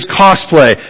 cosplay